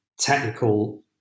technical